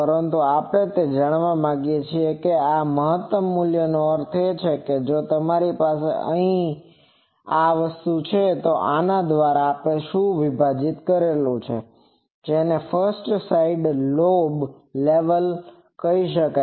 પરંતુ આપણે તે જાણવા માગીએ છીએ કે આ મહત્તમ મૂલ્યનો અર્થ છે કે જો મારી પાસે અહીં છે તો આના દ્વારા શું વિભાજીત કરેલુ છે જેને ફસ્ટ સાઈડ લોબ લેવલ કહે છે